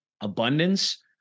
abundance